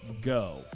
go